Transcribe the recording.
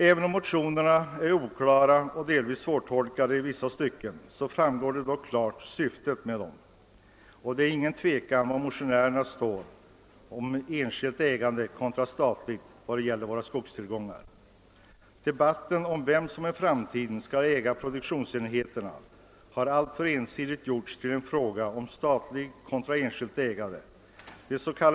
Även om motionerna är oklara och delvis svårtolkade, framgår dock klart var motionärerna står när det gäller frågan om enskilt kontra statligt ägande av våra skogstillgångar. Debatten om vem som i framtiden skall äga produktionsenheterna har alltför ensidigt gjorts till en fråga om statligt eller enskilt ägande.